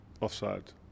Offside